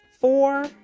Four